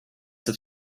have